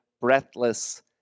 breathless